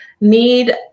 need